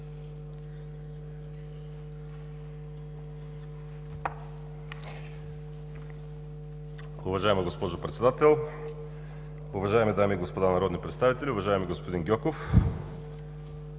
Уважаема госпожо Председател, уважаеми дами и господа народни представители! Уважаеми господин Гьоков,